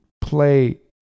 play